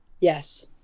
Yes